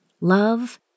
love